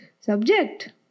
subject